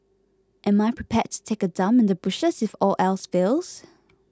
am I prepared to take a dump in the bushes if all else fails